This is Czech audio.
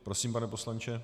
Prosím, pane poslanče.